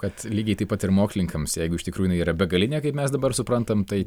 kad lygiai taip pat ir mokslininkams jeigu iš tikrųjų jinai yra begalinė kaip mes dabar suprantam tai